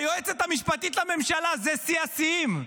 היועצת המשפטית לממשלה, זה שיא השיאים.